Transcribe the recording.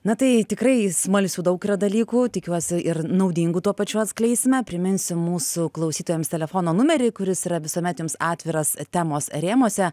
na tai tikrai smalsių daug dalykų tikiuosi ir naudingų tuo pačiu atskleisime priminsiu mūsų klausytojams telefono numerį kuris yra visuomet jums atviras temos rėmuose